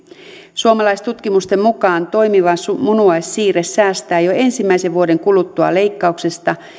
suomalaistutkimusten mukaan toimiva munuaissiirre säästää jo ensimmäisen vuoden kuluttua leikkauksesta